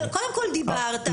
קודם כל, דיברת.